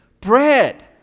bread